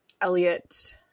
Elliot